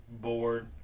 bored